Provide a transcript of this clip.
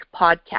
Podcast